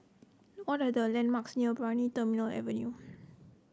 what are the landmarks near Brani Terminal Avenue